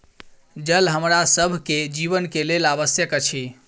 जल हमरा सभ के जीवन के लेल आवश्यक अछि